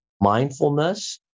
mindfulness